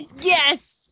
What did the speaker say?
yes